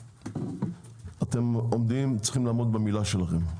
אתם צריכים לעמוד במילה שלכם.